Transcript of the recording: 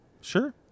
sure